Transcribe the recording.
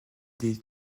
des